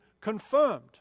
confirmed